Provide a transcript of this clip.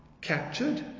Captured